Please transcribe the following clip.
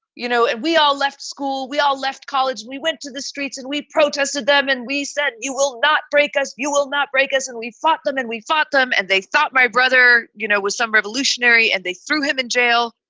you know, we all left school. we all left college. we went to the streets and we protested them and we said, you will not break us, you will not break us. and we fought them. and we fought them. and they thought my brother, you know, was some revolutionary and they threw him in jail.